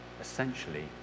essentially